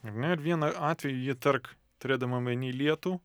ar ne ir vieną atvejį ji tark turėdama omeny lietų